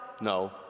No